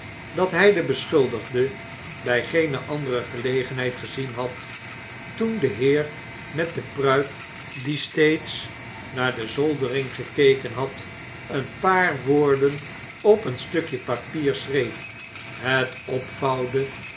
dat hij den beschuldigde bij geene andere gelegenheid gezien had toen de heer met de pruik die steeds naar de zoldering gekeken had een paar woorden op een stukje papier schreef het opvouwde